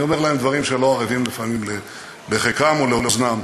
אני אומר להם דברים שלא ערבים לפעמים לחכם או לאוזנם.